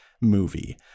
movie